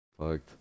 Fucked